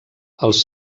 els